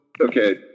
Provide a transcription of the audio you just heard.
okay